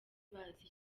bazi